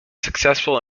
successful